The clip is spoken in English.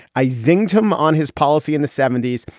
i zinged him on his policy in the seventy s.